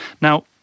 Now